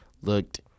looked